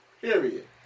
period